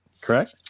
Correct